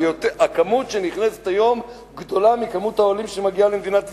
הכמות שנכנסת היום גדולה מכמות העולים שמגיעה למדינת ישראל,